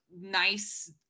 nice